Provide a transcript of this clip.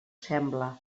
sembla